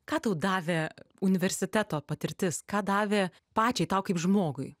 ką tau davė universiteto patirtis ką davė pačiai tau kaip žmogui